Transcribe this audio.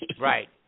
right